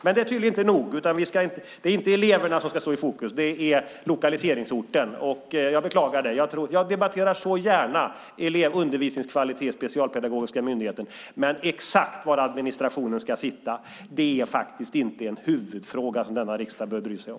Men det är tydligen inte nog. Det är inte eleverna som ska stå i fokus utan lokaliseringsorten. Jag beklagar det. Jag debatterar så gärna undervisningskvalitet när det gäller Specialpedagogiska skolmyndigheten. Men exakt var administrationen ska sitta är inte en huvudfråga som denna riksdag bör bry sig om.